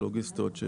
הלוגיסטיות.